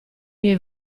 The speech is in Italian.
miei